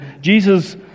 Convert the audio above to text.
Jesus